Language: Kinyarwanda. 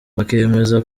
bakemeza